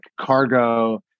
Cargo